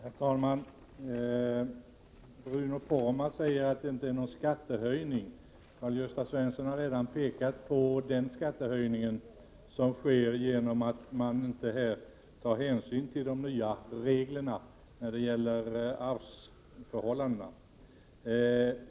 Herr talman! Bruno Poromaa säger att det här inte är fråga om någon skattehöjning. Karl-Gösta Svenson-har pekat på den skattehöjning som blir följden av att man inte tar hänsyn till de nya reglerna för arvsförhållandena.